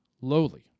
lowly